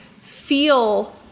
feel